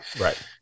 right